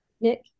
Nick